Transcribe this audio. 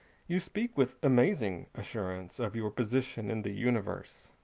you speak with amazing assurance of your position in the universe.